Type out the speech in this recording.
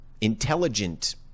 intelligent